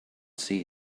see